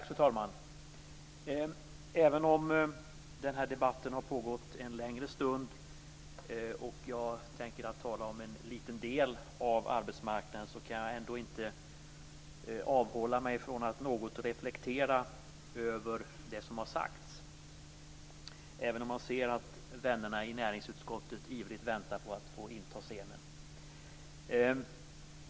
Fru talman! Även om den här debatten har pågått en längre stund och jag tänker tala om en liten del av arbetsmarknaden kan jag ändå inte avhålla mig från att något reflektera över det som har sagts - även om jag ser att vännerna i näringsutskottet ivrigt väntar på att få inta scenen.